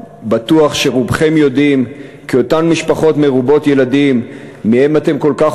בטוח שרובכם יודעים כי אותן משפחות מרובות ילדים שמהן אתם כל כך